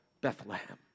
Bethlehem